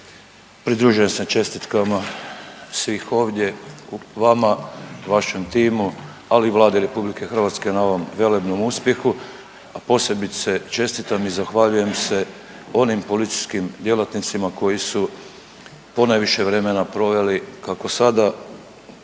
Pridružujem se čestitkama svih ovdje vama, vašem timu ali i Vladi Republike Hrvatske na ovom velebnom uspjehu. Posebice čestitam i zahvaljujem se onim policijskim djelatnicima koji su ponajviše vremena proveli kako sada spada